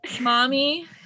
mommy